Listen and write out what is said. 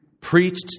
preached